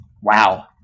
Wow